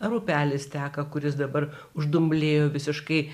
ar upelis teka kuris dabar uždumblėjo visiškai